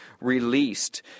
released